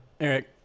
Eric